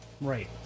Right